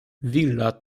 willa